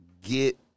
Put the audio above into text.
get